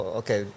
okay